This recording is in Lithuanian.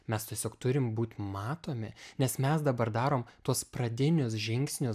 mes tiesiog turim būt matomi nes mes dabar darom tuos pradinius žingsnius